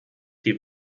die